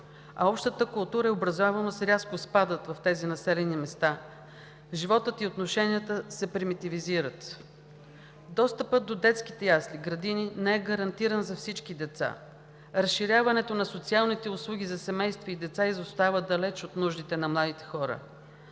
а общата култура и образованост рязко спадат в тези населени места. Животът и отношенията се примитивизират. Достъпът до детските ясли и градини не е гарантиран за всички деца. Разширяването на социалните услуги за семейства и деца изостава далеч от нуждите на младите хора.